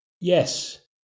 Yes